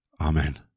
Amen